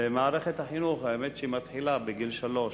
ומערכת החינוך, האמת שהיא מתחילה בגיל שלוש,